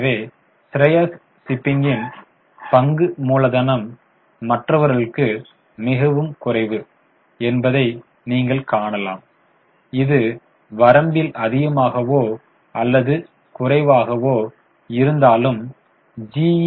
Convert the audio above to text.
எனவே ஸ்ரேயாஸ் ஷிப்பிங்கின் பங்கு மூலதனம் மற்றவர்களுக்கு மிகவும் குறைவு என்பதை நீங்கள் காணலாம் இது வரம்பில் அதிகமாகவோ அல்லது குறைவாக இருந்தாலும் ஜி